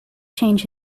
change